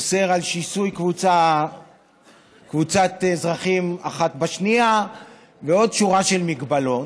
אוסר שיסוי קבוצת אזרחים אחת בשנייה ועוד שורה של מגבלות,